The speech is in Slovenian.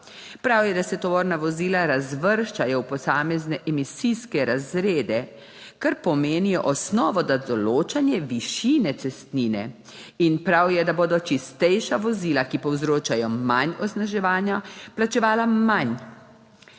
Prav je, da se tovorna vozila razvrščajo v posamezne emisijske razrede, kar pomeni osnovo za določanje višine cestnine, in prav je, da bodo čistejša vozila, ki povzročajo manj onesnaževanja, plačevala manj.